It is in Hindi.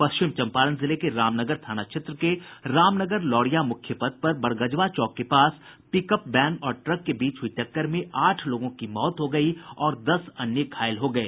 पश्चिम चंपारण जिले के रामनगर थाना क्षेत्र के रामनगर लौरिया मुख्य पथ पर बरगजवा चौक के पास पिकअप वैन और ट्रक के बीच हुयी टक्कर में आठ लोगों की मौत हो गयी और दस अन्य घायल हो गये